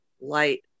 light